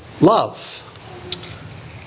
love